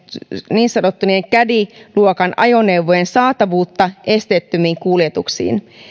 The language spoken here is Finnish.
niin sanottujen caddy luokan ajoneuvojen saatavuutta esteettömiin kuljetuksiin